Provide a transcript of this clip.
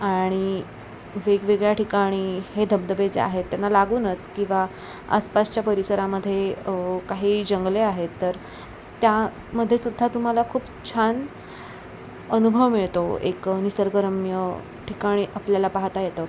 आणि वेगवेगळ्या ठिकाणी हे धबधबे जे आहेत त्यांना लागूनच किंवा आसपासच्या परिसरामध्ये काही जंगले आहेत तर त्यामध्ये सुद्धा तुम्हाला खूप छान अनुभव मिळतो एक निसर्गरम्य ठिकाणी आपल्याला पाहता येतं